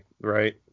Right